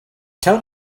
tell